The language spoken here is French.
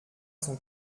son